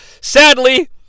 Sadly